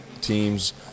teams